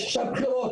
יש עכשיו בחירות.